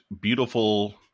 beautiful